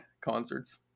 concerts